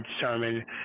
Sermon